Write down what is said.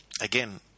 again